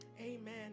amen